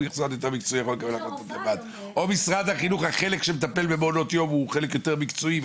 או משרד החינוך החלק שמטפל במעונות יום הוא חלק יותר מקצועי?